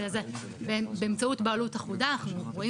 שזה באמצעות בעלות אחודה אנחנו רואים